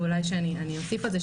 ואולי שאני הוסיף על זה,